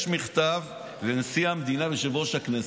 יש מכתב לנשיא המדינה וליושב-ראש הכנסת.